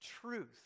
truth